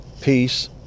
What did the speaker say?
peace